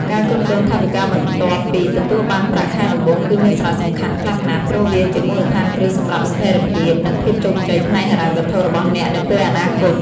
ការគ្រប់គ្រងថវិកាបន្ទាប់ពីទទួលបានប្រាក់ខែដំបូងគឺមានសារៈសំខាន់ខ្លាំងណាស់ ព្រោះវាជាមូលដ្ឋានគ្រឹះសម្រាប់ស្ថិរភាព និងភាពជោគជ័យផ្នែកហិរញ្ញវត្ថុរបស់អ្នកនៅពេលអនាគត។